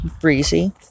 breezy